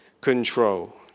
control